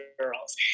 girls